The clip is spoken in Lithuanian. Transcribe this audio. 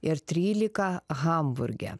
ir trylika hamburge